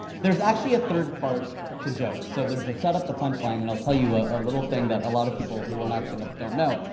there's actually a third part to jokes. so there's the setup, the punch line, and i'll tell you ah a little thing that a lot of people who are not stand-ups don't know.